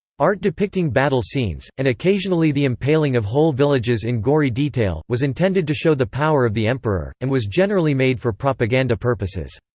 art depicting battle scenes, and occasionally the impaling of whole villages in gory detail, was intended to show the power of the emperor and was generally made for propaganda purposes.